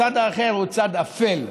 הצד האחר הוא צד אפל.